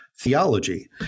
theology